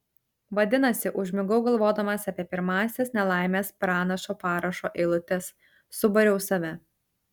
vadinasi užmigau galvodamas apie pirmąsias nelaimės pranašo parašo eilutes subariau save